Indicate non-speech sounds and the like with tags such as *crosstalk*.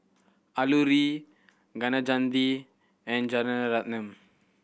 Alluri Kaneganti and *unintelligible*